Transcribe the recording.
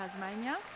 Tasmania